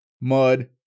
Mud